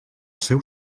seu